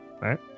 Right